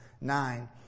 Nine